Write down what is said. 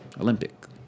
olympic